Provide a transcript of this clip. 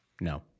No